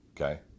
Okay